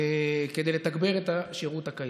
כדי לתגבר את השירות הקיים.